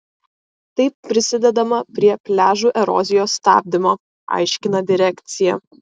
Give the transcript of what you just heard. taip prisidedama prie pliažų erozijos stabdymo aiškina direkcija